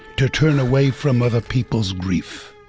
to turn away from other people's grief.